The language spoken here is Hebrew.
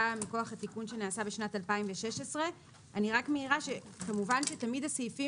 מכוח התיקון שנעשה בשנת 2016. אני רק מעירה כמובן שתמיד הסעיפים